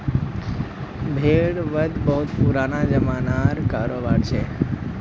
भेड़ वध बहुत पुराना ज़मानार करोबार छिके